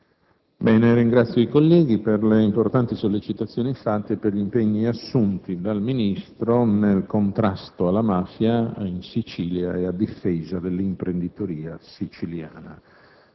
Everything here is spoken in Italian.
Ringrazio i colleghi per le importanti sollecitazioni effettuate e per gli impegni assunti dal Ministro nel contrasto alla mafia in Sicilia e a difesa della imprenditoria siciliana.